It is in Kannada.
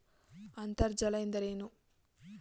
ಅಂತರ್ಜಲ ಎಂದರೇನು?